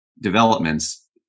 developments